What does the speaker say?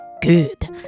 good